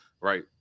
Right